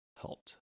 helped